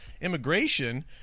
immigration